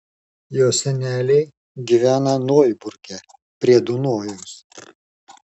jo seneliai gyvena noiburge prie dunojaus